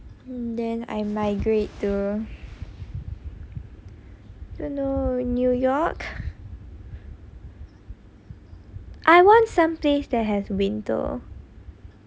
then I migrate to the don't know new york I want some place that has winter which is where ah